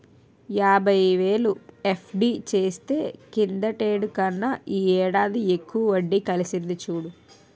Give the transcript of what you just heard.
యాబైవేలు ఎఫ్.డి చేస్తే కిందటేడు కన్నా ఈ ఏడాది ఎక్కువ వడ్డి కలిసింది చూడు